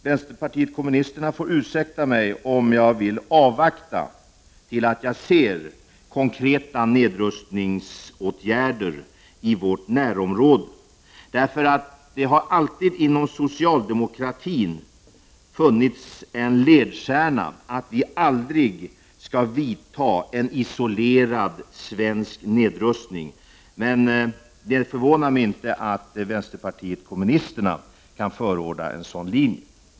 Vänsterpartiet kommunisterna får ursäkta mig, om jag vill avvakta konkreta nedrustningsåtgärder i vårt närområde innan jag tar ställning. Inom socialdemokratin har det alltid varit en ledstjärna att aldrig isolerat företa en svensk nedrustning. Men det förvånar mig inte att vänsterpartiet kommunisterna förordar en sådan linje.